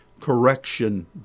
correction